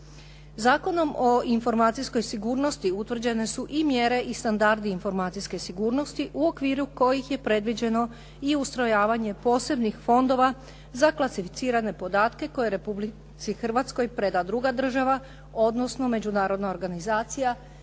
Zakonom o informacijskoj sigurnosti utvrđene su i mjere i standardi informacijske sigurnosti u okviru kojih je predviđeno i ustrojavanje posebnih fondova za klasificirane podatke koje Republici Hrvatskoj preda druga država, odnosno međunarodna organizacija